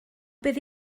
beth